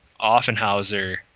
Offenhauser